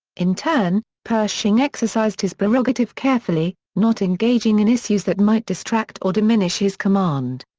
in turn, pershing exercised his prerogative carefully, not engaging in issues that might distract or diminish his command.